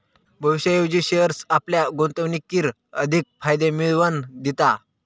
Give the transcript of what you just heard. भविष्याऐवजी शेअर्स आपल्या गुंतवणुकीर अधिक फायदे मिळवन दिता